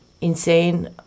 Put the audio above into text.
insane